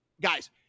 guys